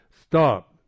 Stop